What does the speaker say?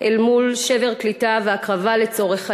אל מול שבר קליטה והקרבה לצורך עלייה.